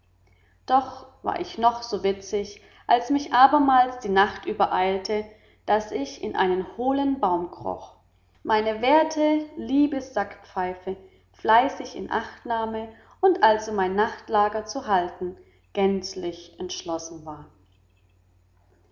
doch war ich noch so witzig als mich abermal die nacht übereilte daß ich in einen hohlen baum kroch meine werte liebe sackpfeife fleißig in acht nahme und also mein nachtlager zu halten gänzlich entschlossen war